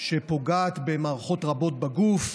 שפוגעת במערכות רבות בגוף,